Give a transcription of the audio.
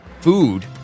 food